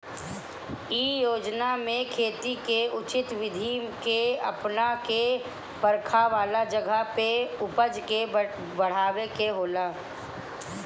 इ योजना में खेती के उचित विधि के अपना के बरखा वाला जगह पे उपज के बढ़ावे के होला